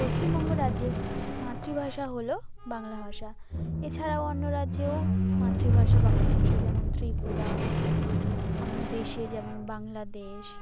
পশ্চিমবঙ্গ রাজ্যের মাতৃভাষা হলো বাংলা ভাষা এছাড়াও অন্য রাজ্যেও মাতৃভাষা বাংলা ভাষা যেমন ত্রিপুরা অন্য দেশে যেমন বাংলাদেশ